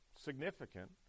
significant